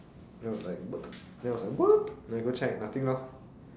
then was like what the then was like what then I go check nothing